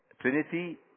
Trinity